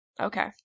Okay